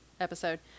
episode